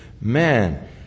Man